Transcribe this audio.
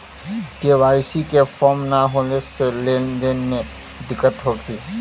KYC के form न होले से लेन देन में दिक्कत होखी?